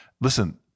Listen